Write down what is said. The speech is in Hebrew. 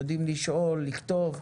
הם יודעים לשאול טוב.